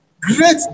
great